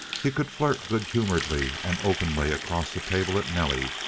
he could flirt good-humoredly and openly across the table at nelly,